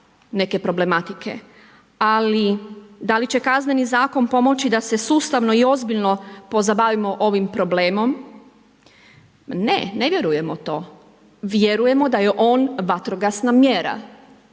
neke problematike ali da li će Kazneni zakon pomoći da se sustavno i ozbiljno pozabavimo ovim problemom? Ne, ne vjerujemo to. Vjerujemo da je on vatrogasna mjera.